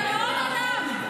לדיראון עולם.